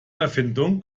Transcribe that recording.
erfindung